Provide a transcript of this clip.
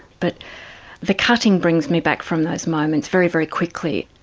but the cutting brings me back from those moments very, very quickly.